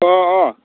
अह अह